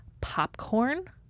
popcorn